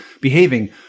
behaving